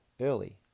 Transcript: early